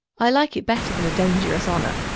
i like it better then a dangerous honor.